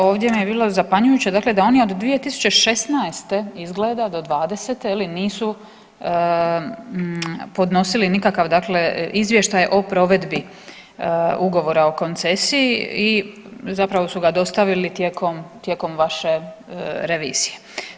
Ovdje mi je bilo zapanjujuće dakle da oni od 2016. izgleda do '20. je li nisu podnosili nikakav dakle izvještaj o provedbi ugovora o koncesiji i zapravo su ga dostavili tijekom, tijekom vaše revizije.